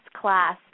class